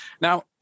Now